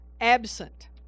absent